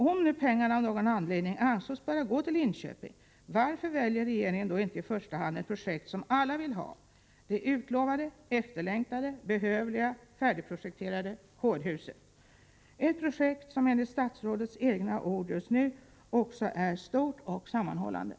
Om nu pengarna av någon anledning ansågs böra gå till Linköping, varför väljer regeringen då inte i första hand ett projekt som alla vill ha — det utlovade, efterlängtade, behövliga, färdigprojekterade kårhuset, ett projekt som enligt statsrådets egna ord i dag också är stort och sammanhållet?